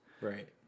right